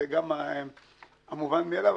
זה גם המובן מאליו,